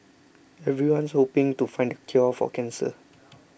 everyone's hoping to find the cure for cancer